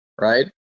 right